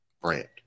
brand